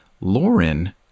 Lauren